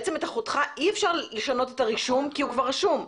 בעצם אי אפשר לשנות את הרישום של אחותך כי זה כבר רשום.